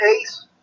Ace